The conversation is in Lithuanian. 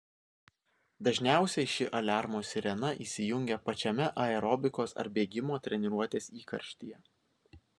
dažniausiai ši aliarmo sirena įsijungia pačiame aerobikos ar bėgimo treniruotės įkarštyje